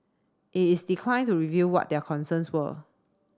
it is declined to reveal what their concerns were